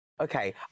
okay